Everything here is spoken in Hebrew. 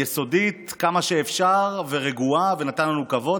יסודית כמה שאפשר ורגועה ונתן לנו כבוד,